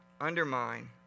undermine